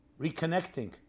reconnecting